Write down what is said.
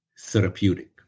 therapeutic